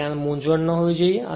તેથી તે કોઈ મૂંઝવણ ન હોવી જોઈએ